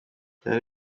byari